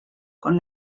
con